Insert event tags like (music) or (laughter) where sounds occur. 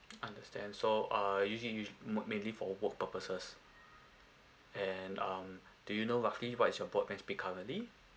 (noise) understand so uh usually u~ me~ mainly for work purposes and um do you know roughly what is your broadband speed currently